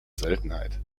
seltenheit